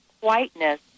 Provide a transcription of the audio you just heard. whiteness